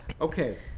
Okay